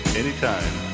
anytime